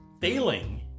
failing